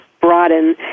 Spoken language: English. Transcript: broaden